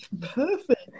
Perfect